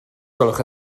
gwelwch